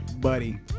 buddy